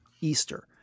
Easter